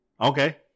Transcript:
Okay